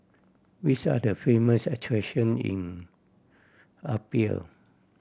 which are the famous attraction in Apia